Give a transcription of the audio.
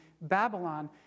Babylon